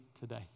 today